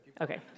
Okay